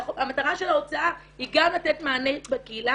המטרה של ההוצאה היא גם לתת מענה בקהילה